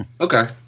Okay